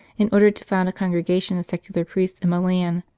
in order to found a congregation of secular priests in milan,